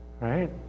right